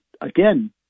again